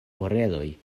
oreloj